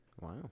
Wow